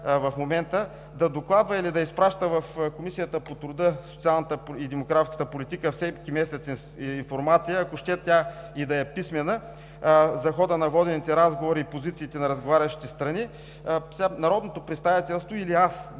в момента, да докладва или да изпраща в Комисията по труда, социалната и демографската политика всеки месец информация, ако ще тя и да е писмена, за хода на водените разговори и позициите на разговарящите страни народното представителство или аз